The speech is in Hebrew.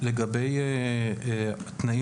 לגבי תחום